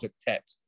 Tet